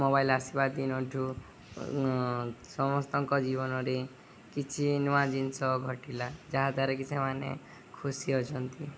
mobile ଆସିବା ଦିନ ଠୁ ସମସ୍ତଙ୍କ ଜୀବନରେ କିଛି ନୂଆ ଜିନିଷ ଘଟିଲା ଯାହାଦ୍ୱାରା କି ସେମାନେ ଖୁସି ଅଛନ୍ତି